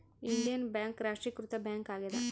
Indian bank ರಾಷ್ಟ್ರೀಕೃತ bank ಆಗ್ಯಾದ